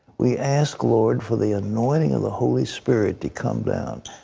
we ask, lord, for the anointing of the holy spirit to come down.